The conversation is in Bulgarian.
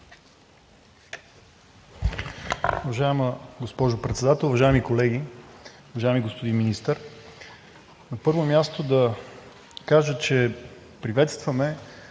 Уважаема госпожо Председател, уважаеми колеги! Уважаеми господин Министър, на първо място, да кажа, че приветстваме